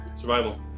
Survival